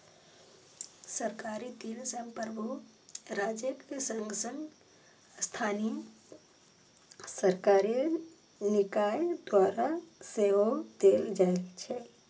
सरकारी ऋण संप्रभु राज्यक संग संग स्थानीय सरकारी निकाय द्वारा सेहो देल जाइ छै